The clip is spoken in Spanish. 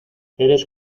eres